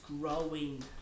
growing